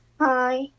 Hi